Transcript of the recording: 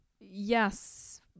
yes